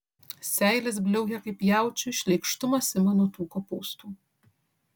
seilės bliaukia kaip jaučiui šleikštumas ima nuo tų kopūstų